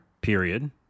Period